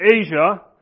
Asia